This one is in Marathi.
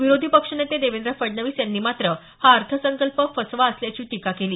विरोधी पक्षनेते देवेंद्र फडणवीस यांनी मात्र हा अर्थसंकल्प फसवा असल्याची टीका केली